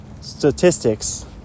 Statistics